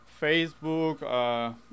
Facebook